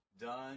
Done